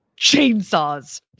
chainsaws